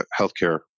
healthcare